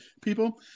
people